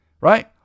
right